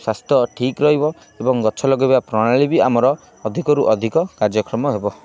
ସ୍ୱାସ୍ଥ୍ୟ ଠିକ୍ ରହିବ ଏବଂ ଗଛ ଲଗାଇବା ପ୍ରଣାଳୀ ବି ଆମର ଅଧିକରୁ ଅଧିକ କାର୍ଯ୍ୟକ୍ରମ ହେବ